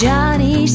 Johnny